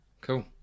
cool